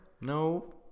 No